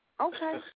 Okay